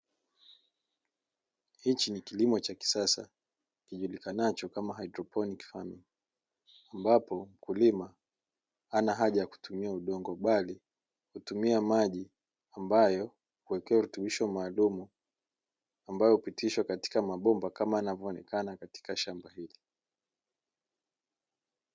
Hichi ni kilipo cha kisasa kijulikanacho kama haidroponi, ambacho mkulima hana haja ya kutumia udongo, bali hutumia maji ambayo huwekewa virutubisho maalumu ambavyo hupitishwa katika mabomba kama yanavyoonekana katika shamba hilo.